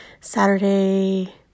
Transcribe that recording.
Saturday